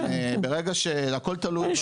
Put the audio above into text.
ברגע שהכול תלוי ב- אני יודע,